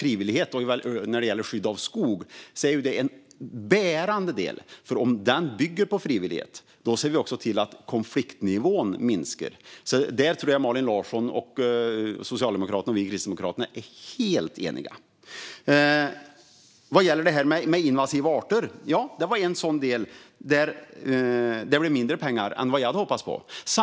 Frivillighet vid skydd av skog är en bärande del, för då minskar konfliktnivån. Här tror jag att Socialdemokraterna och Kristdemokraterna är helt eniga. Ja, det blev mindre pengar till arbetet mot invasiva arter än vad jag hade hoppats.